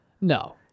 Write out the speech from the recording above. No